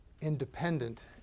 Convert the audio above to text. independent